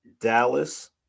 Dallas